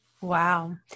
Wow